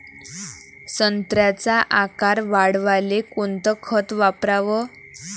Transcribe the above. संत्र्याचा आकार वाढवाले कोणतं खत वापराव?